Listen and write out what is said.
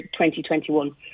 2021